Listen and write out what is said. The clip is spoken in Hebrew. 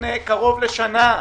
לפני קרוב לשנה.